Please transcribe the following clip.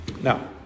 Now